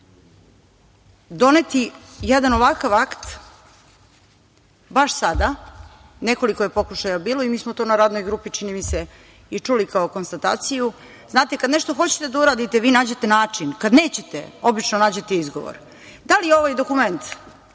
doneti jedan ovakav akt, baš sada, nekoliko je pokušaja bilo i mi smo to na radnoj grupi, čini mi se, i čuli kao konstataciju. Znate, kad nešto hoćete da uradite, vi nađete način, kad nećete, obično nađete izgovor. Da li je ovaj dokument